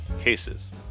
Cases